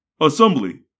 Assembly